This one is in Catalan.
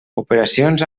operacions